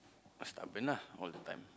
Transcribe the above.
stubborn lah all the time